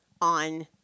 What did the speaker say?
on